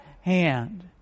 hand